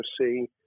see